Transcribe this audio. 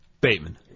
Bateman